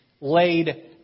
laid